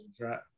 right